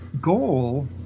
goal